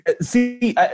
See